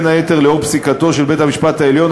בין היתר לאור פסיקתו של בית-המשפט העליון,